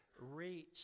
reach